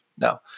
No